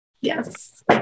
yes